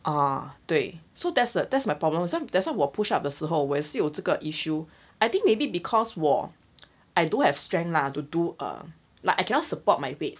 ah 对 so that's the that's my problem so that's why 我 push up 的时候也是有这个 issue I think maybe because 我 I don't have strength lah to do or like I cannot support my weight